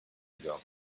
ago